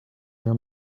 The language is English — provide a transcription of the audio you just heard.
your